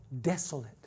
desolate